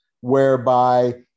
Whereby